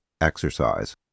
exercise